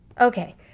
Okay